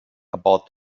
about